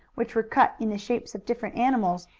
which were cut in the shapes of different animals,